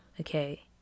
okay